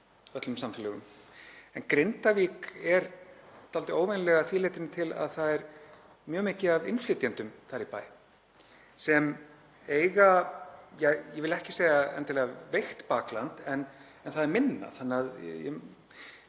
öllum samfélögum en Grindavík er dálítið óvenjuleg að því leytinu til að það er mjög mikið af innflytjendum þar í bæ sem eiga, ég vil ekki segja endilega veikt bakland en það er minna.